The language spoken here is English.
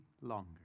longer